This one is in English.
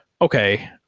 okay